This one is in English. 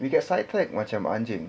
we get sidetrack macam anjing